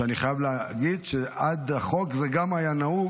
ואני חייב להגיד שעד החוק זה גם היה נהוג,